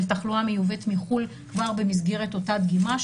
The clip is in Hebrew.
תחלואה מיובאת מחו"ל כבר במסגרת אותה דגימה,